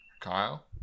Kyle